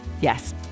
yes